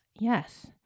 yes